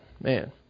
Man